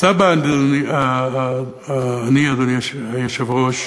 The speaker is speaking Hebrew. סבא עני, אדוני היושב-ראש,